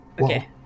Okay